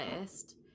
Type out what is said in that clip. list